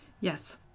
Yes